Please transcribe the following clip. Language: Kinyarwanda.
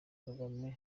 kagame